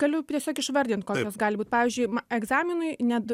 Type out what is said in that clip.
galiu tiesiog išvardint kokios jos gali būt pavyzdžiui egzaminui net